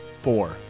Four